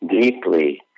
deeply